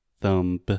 thumb